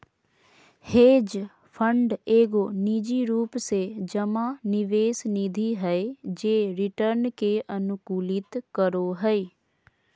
hedge fund एगो निजी रूप से जमा निवेश निधि हय जे रिटर्न के अनुकूलित करो हय